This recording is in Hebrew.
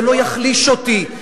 זה לא יחליש אותי.